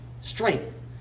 Strength